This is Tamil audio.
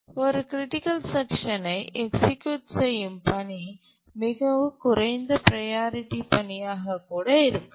ஒரு க்ரிட்டிக்கல் செக்ஷனை எக்சீக்யூட் செய்யும் பணி மிகக் குறைந்த ப்ரையாரிட்டி பணியாக கூட இருக்கலாம்